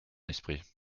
esprit